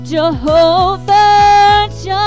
Jehovah